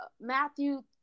Matthew